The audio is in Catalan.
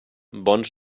bons